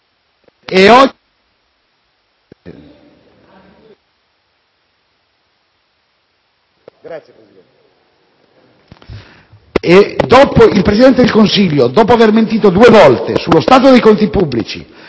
regalie. Il Presidente del Consiglio, dopo aver mentito due volte sullo stato dei conti pubblici